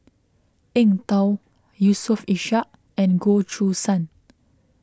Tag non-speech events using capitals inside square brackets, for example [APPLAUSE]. Eng Tow Yusof Ishak and Goh Choo San [NOISE]